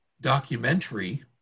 documentary